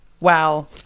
Wow